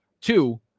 Two